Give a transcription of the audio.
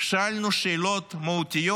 שאלנו שאלות מהותיות.